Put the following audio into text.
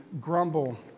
grumble